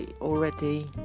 already